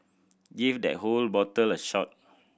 give that whole bottle a shot